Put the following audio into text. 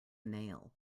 nail